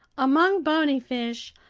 among bony fish,